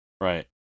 Right